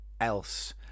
else